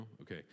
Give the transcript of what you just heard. Okay